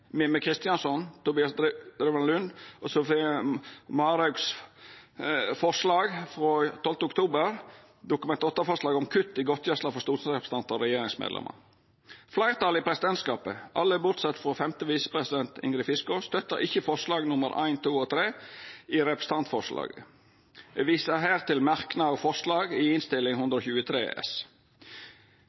Drevland Lund og Sofie Marhaug frå 12. oktober 2021 om kutt i godtgjersla for stortingsrepresentantar og regjeringsmedlemer. Fleirtalet i presidentskapet, alle bortsett frå femte visepresident Ingrid Fiskaa, støttar ikkje forslaga nr. 1, 2 og 3 i representantforslaget. Eg viser her til merknader og forslag i Innst. 123 S